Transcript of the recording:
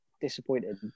disappointed